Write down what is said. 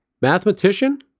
mathematician